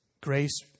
Grace